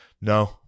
No